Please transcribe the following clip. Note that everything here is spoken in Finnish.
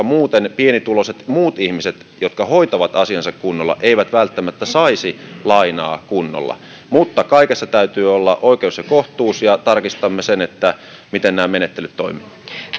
muuten pienituloiset muut ihmiset jotka hoitavat asiansa kunnolla eivät välttämättä saisi lainaa kunnolla mutta kaikessa täytyy olla oikeus ja kohtuus ja tarkistamme sen miten nämä menettelyt toimivat